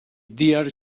dear